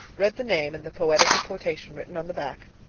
read the name and the poetical quotation written on the back.